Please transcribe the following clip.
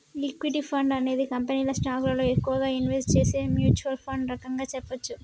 equity fund అనేది కంపెనీల స్టాకులలో ఎక్కువగా ఇన్వెస్ట్ చేసే మ్యూచ్వల్ ఫండ్ రకంగా చెప్పచ్చు